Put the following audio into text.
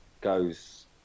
goes